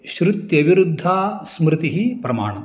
श्रुत्यविरुद्धा स्मृतिः प्रमाणं